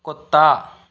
कुत्ता